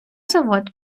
завод